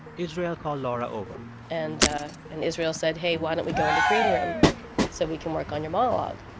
israel called laura over and ah and israel said, hey, why don't we go in the greenroom so we can work on your monologue?